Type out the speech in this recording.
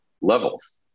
levels